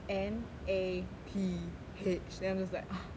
N A T H then I'm just like